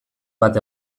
bat